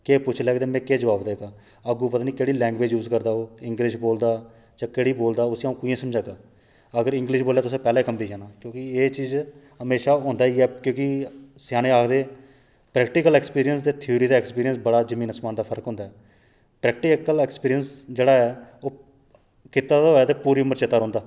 किश पुच्छी लैह्गे ते में केह् जवाब देगा अग्गूं पता निं केह् लैंग्वेज यूज करदा ओह् इंग्लिश बोलदा जां केह्ड़ी बोलदा ऐ ओह् उसी अ'ऊं किंया समझागा अगर इंग्लिश बोले तुसें पैह्लें कंबी जाना क्योंकि एह् चीज हमेशा होंदा ई गै क्योंकि एह् सेआने आखदे प्रैक्टीकल एक्सपिरिंयस ते थ्योरी दा एक्सपीरिंयस च जमीन आसमान दा फर्क होंदा ऐ प्रैक्टीकल एक्सपीरिंयस जेह्ड़ा ऐ कीता दा होऐ तां पूरी उमर चेत्ता रौंह्दा